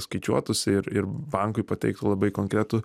skaičiuotųsi ir ir bankui pateiktų labai konkretų